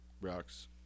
rocks